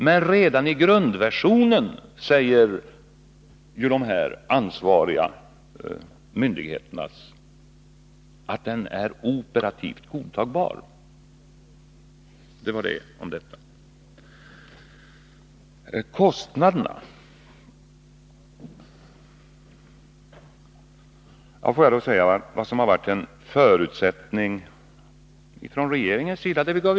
Men redan i grundversionen är JAS operativt godtagbart, säger de ansvariga myndigheterna. Detta om detta. Så till kostnaderna. Låt mig tala om vad som har varit en förutsättning från regeringens sida.